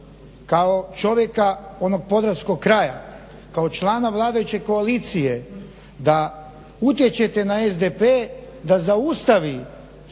kao čovjeka onog podravskog kraja, kao člana vladajuće koalicije da utječete na SDP da zaustavi suludo